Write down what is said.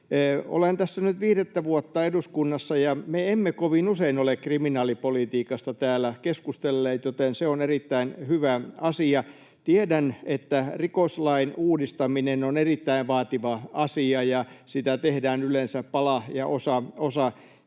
Olen tässä nyt viidettä vuotta eduskunnassa, ja me emme kovin usein ole kriminaalipolitiikasta täällä keskustelleet, joten se on erittäin hyvä asia. Tiedän, että rikoslain uudistaminen on erittäin vaativa asia, ja sitä tehdään yleensä pala ja osa